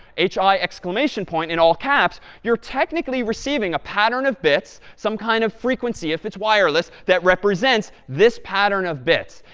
h i exclamation point, in all caps, you're technically receiving a pattern of bits, some kind of frequency, if it's wireless, that represents this pattern of bits.